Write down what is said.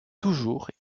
toujours